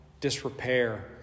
disrepair